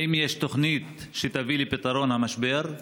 האם יש תוכנית שתביא לפתרון המשבר?